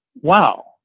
wow